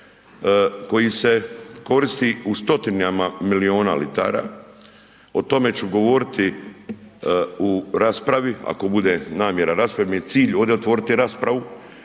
koji se koristi u 100-tinama miliona litara, o tome ću govoriti u raspravi ako bude …/nerazumljivo/… cilj ovde otvoriti raspravu.